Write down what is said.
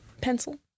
Pencil